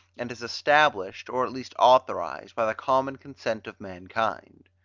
and is established, or at least authorized, by the common consent of mankind.